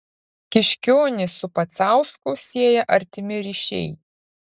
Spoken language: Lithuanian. kiškionį su pacausku sieja artimi ryšiai